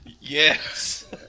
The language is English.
yes